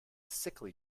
sickly